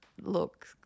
look